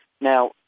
Now